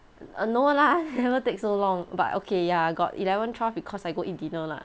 no lah never take so long but okay ya got eleven twelve because I go eat dinner lah